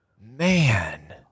man